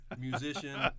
musician